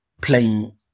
playing